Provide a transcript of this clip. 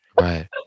Right